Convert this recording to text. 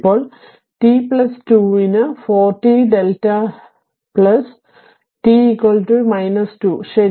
ഇപ്പോൾ t t 2 ന് 4 t Δ ന് t 2 ശരി